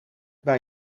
bij